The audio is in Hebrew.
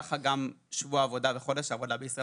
כך גם שבוע העבודה וחודש העבודה בישראל